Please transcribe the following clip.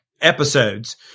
episodes